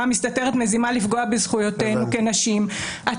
החלטה מסתתרת מזימה לפגיעה בזכויותינו כנשים.